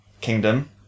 kingdom